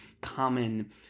common